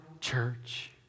church